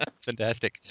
Fantastic